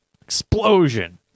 Explosion